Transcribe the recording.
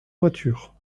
voitures